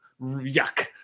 yuck